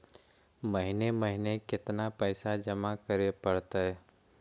महिने महिने केतना पैसा जमा करे पड़तै?